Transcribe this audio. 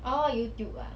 orh youtube ah